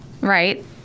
right